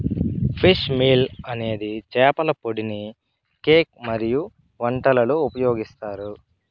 fish meal అనేది చేపల పొడిని కేక్ మరియు వంటలలో ఉపయోగిస్తారు